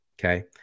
okay